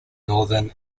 northern